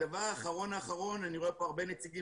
דבר אחרון אחרון אני רואה פה הרבה נציגים